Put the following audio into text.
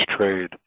trade